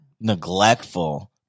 neglectful